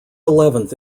eleventh